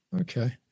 Okay